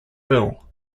bill